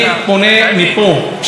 ולדבר פה היום,